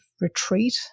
retreat